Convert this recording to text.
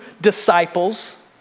disciples